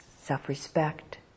self-respect